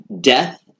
death